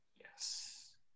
yes